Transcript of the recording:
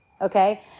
Okay